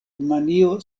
rumanio